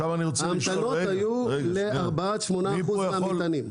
ההמתנות היו ל-8%-4% מהמטענים.